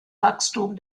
wachstum